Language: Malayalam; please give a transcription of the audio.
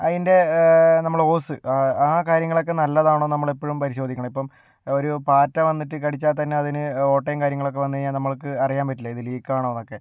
അതിൻ്റെ നമ്മൾ ഓസ് ആ കാര്യങ്ങളൊക്കെ നല്ലതാണോ നമ്മൾ എപ്പോഴും പരിശോധിക്കണം ഇപ്പം ഒരു പാറ്റ വന്നിട്ട് കടിച്ചാൽ തന്നെ അതിന് ഓട്ടയും കാര്യങ്ങളും ഒക്കെ വന്നു കഴിഞ്ഞാൽ നമ്മൾക്ക് അറിയാൻ പറ്റില്ല ഇത് ലീക്കാണോ എന്നൊക്കെ